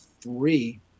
three